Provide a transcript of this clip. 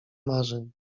marzeń